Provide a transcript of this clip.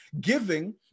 giving